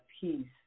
peace